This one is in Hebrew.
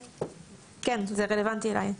כן, זה רלוונטי אליי.